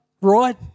Right